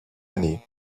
année